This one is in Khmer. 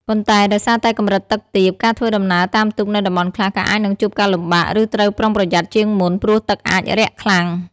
ប៉ុន្តែដោយសារតែកម្រិតទឹកទាប ការធ្វើដំណើរតាមទូកនៅតំបន់ខ្លះក៏អាចនឹងជួបការលំបាក ឬត្រូវប្រុងប្រយ័ត្នជាងមុន ព្រោះទឹកអាចរាក់ខ្លាំង។